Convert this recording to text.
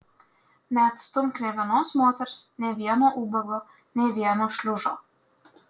neatstumk nė vienos moters nė vieno ubago nė vieno šliužo